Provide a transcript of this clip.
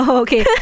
okay